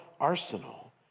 arsenal